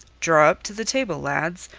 draw up to the table, lads.